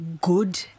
good